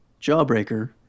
Jawbreaker